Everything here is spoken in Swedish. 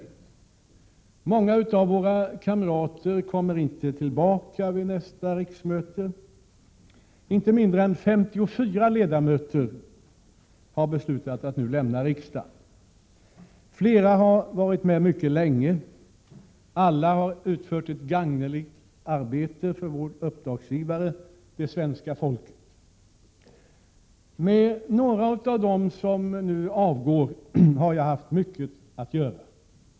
Många av våra kamrater kommer inte tillbaka vid nästa riksmöte. Inte mindre än 54 ledamöter har beslutat att nu lämna riksdagen. Flera har varit med mycket länge. Alla har utfört ett gagneligt arbete för vår uppdragsgivare — det svenska folket. Med några av dem som nu avgår har jag haft mycket att göra.